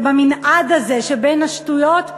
זה במנעד הזה שבין השטויות לדביליות.